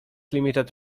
limited